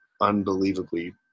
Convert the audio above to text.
unbelievably